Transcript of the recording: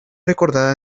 recordada